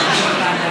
אני כל הזמן בוועדה.